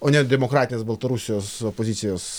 o ne demokratinės baltarusijos opozicijos